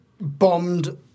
bombed